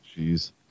Jeez